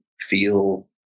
feel